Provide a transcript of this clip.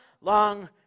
long